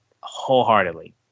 wholeheartedly